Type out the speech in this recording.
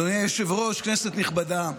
אדוני היושב-ראש, כנסת נכבדה,